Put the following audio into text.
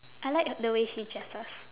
I like the way she dresses